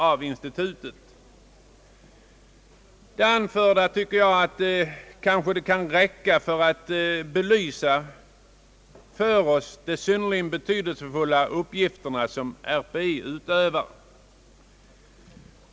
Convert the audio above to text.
Det anförda tycker jag kan räcka för att belysa de synnerligen betydelsefulla uppgifter som RPI har här.